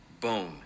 bone